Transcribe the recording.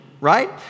Right